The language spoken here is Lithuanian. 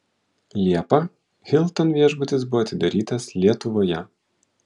liepą hilton viešbutis buvo atidarytas lietuvoje